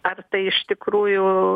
ar tai iš tikrųjų na